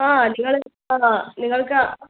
ആ നിങ്ങള് ആ നിങ്ങൾക്കാ